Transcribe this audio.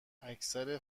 اکثر